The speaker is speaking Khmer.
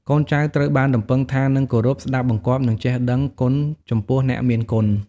កូនចៅត្រូវបានរំពឹងថានឹងគោរព ស្ដាប់បង្គាប់ និងចេះដឹងគុណចំពោះអ្នកមានគុណ។